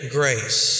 grace